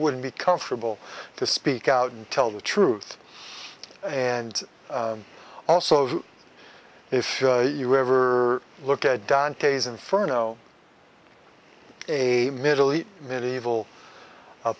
would be comfortable to speak out and tell the truth and also if you ever look at dantes inferno a middle east medieval